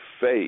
faith